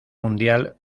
mundial